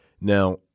Now